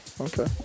okay